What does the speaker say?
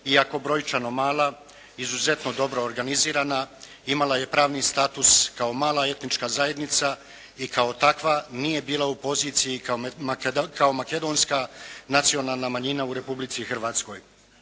iako brojčano mala izuzetno dobro organizirana imala je pravni status kao mala etnička zajednica i kao takva nije bila u poziciji kao makedonska nacionalna manjina u Republici Hrvatskoj.